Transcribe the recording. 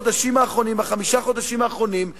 בחודשים האחרונים,